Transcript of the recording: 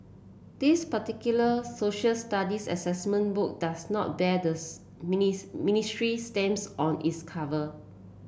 this particular Social Studies assessment book does not bear the ministry's stamps on its cover